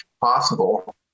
possible